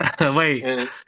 Wait